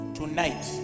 Tonight